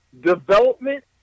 development